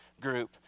group